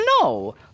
No